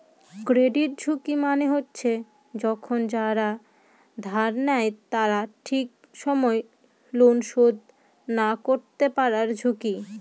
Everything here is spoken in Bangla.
ক্রেডিট ঝুঁকি মানে হচ্ছে যখন যারা ধার নেয় তারা ঠিক সময় লোন শোধ না করতে পারার ঝুঁকি